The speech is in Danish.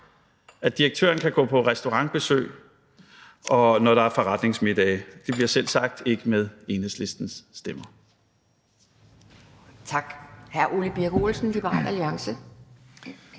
at direktøren kan gå på restaurantbesøg, når der er forretningsmiddage. Det bliver selvsagt ikke med Enhedslistens stemmer.